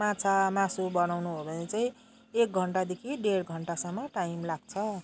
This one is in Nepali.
माछा मासु बनाउनु हो भने चाहिँ एक घन्टादेखि डेढ घन्टासम्म टाइम लाग्छ